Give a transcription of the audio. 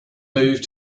moved